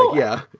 yeah,